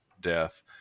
death